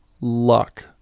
luck